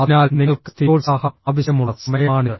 അതിനാൽ നിങ്ങൾക്ക് സ്ഥിരോത്സാഹം ആവശ്യമുള്ള സമയമാണിത്